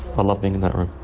love being in that room.